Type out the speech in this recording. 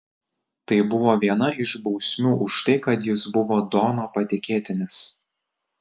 tai buvo viena iš bausmių už tai kad jis buvo dono patikėtinis